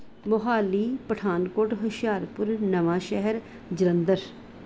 Mohali Pathankot Hoshiarpur Nawanshahr Jalandhar